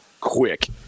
quick